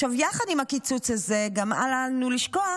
יחד עם הקיצוץ הזה גם אל לנו לשכוח